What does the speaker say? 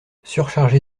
surchargé